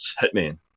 Hitman